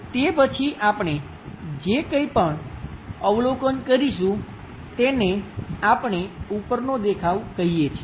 તે પછી આપણે જે કંઇપણ અવલોકન કરીશું તેને આપણે ઉપરનો દેખાવ કહીએ છીએ